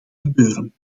gebeuren